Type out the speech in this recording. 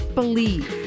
believe